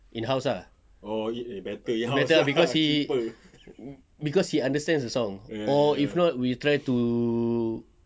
in-house ah better ah cause he cause he understands the song or if not we try to